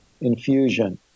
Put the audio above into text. infusion